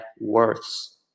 worths